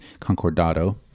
concordato